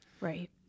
Right